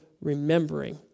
remembering